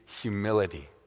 humility